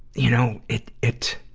you know, it, it,